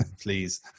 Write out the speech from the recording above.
please